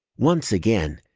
once again,